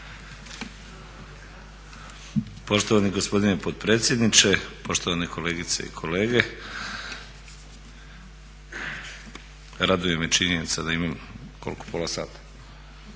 Poštovani gospodine potpredsjedniče, poštovane kolegice i kolege. Raduje me činjenica da imam, koliko pola sata?